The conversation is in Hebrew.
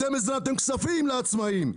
אתם --- כספים לעצמאים.